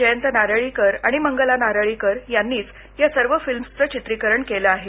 जयंत नारळीकर आणि मंगला नारळीकर यांनीच या सर्व फिल्म्सचं चित्रीकरण केलं आहे